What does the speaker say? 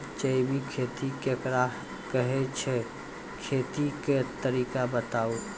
जैबिक खेती केकरा कहैत छै, खेतीक तरीका बताऊ?